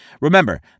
Remember